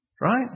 Right